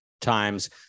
times